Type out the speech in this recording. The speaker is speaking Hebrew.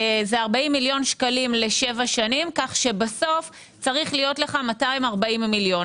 זה 40 מיליון שקלים לשבע שנים כך שבסוף צריך להיות לך 240 מיליון.